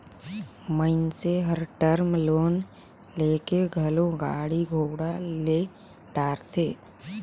मइनसे हर term loan लेके घलो गाड़ी घोड़ा ले डारथे